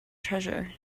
treasure